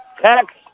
text